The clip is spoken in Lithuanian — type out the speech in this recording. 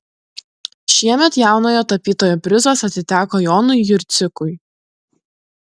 šiemet jaunojo tapytojo prizas atiteko jonui jurcikui